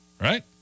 Right